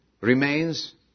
remains